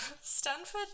Stanford